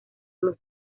los